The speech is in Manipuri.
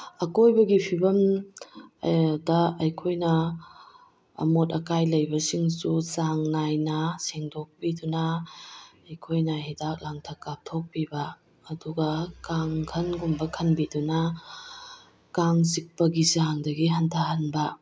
ꯑꯀꯣꯏꯕꯒꯤ ꯐꯤꯕꯝ ꯗ ꯑꯩꯈꯣꯏꯅ ꯑꯃꯣꯠ ꯑꯀꯥꯏ ꯂꯩꯕꯁꯤꯡꯁꯨ ꯆꯥꯡ ꯅꯥꯏꯅ ꯁꯦꯡꯗꯣꯛꯄꯤꯗꯨꯅ ꯑꯩꯈꯣꯏꯅ ꯍꯤꯗꯥꯛ ꯂꯥꯡꯊꯛ ꯀꯥꯞꯊꯣꯛꯄꯤꯕ ꯑꯗꯨꯒ ꯀꯥꯡꯈꯜꯒꯨꯝꯕ ꯈꯟꯕꯤꯗꯨꯅ ꯀꯥꯡ ꯆꯤꯛꯄꯒꯤ ꯆꯥꯡꯗꯒꯤ ꯍꯟꯊꯍꯟꯕ